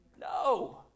No